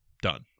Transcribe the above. Done